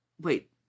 Wait